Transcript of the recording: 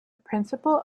principle